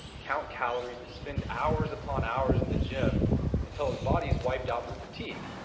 count calories and spend hours upon hours in the gym until his body is wiped out from fatigue.